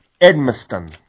Edmiston